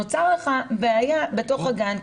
נוצרת בעיה בתוך הגן,